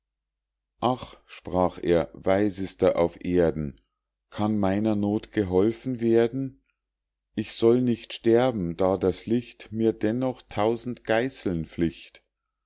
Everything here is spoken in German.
ach sprach er weisester auf erden kann meiner noth geholfen werden ich soll nicht sterben da das licht mir dennoch tausend geißeln flicht